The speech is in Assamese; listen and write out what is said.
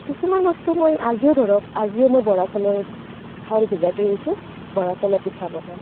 কিছুমান বস্তু মই আজিও ধৰক আজিও মই বৰা চাউলৰ চাউল ভিজাই থৈ আহিছোঁ বৰা চাউলৰ পিঠা বনাম